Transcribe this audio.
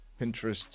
Pinterest